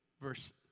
verse